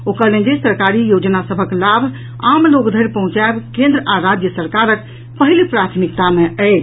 ओ कहलनि जे सरकारी योजना सभक लाभ आम लोक धरि पहुंचायब केन्द्र आ राज्य सरकारक पहिल प्राथमिकता मे अछि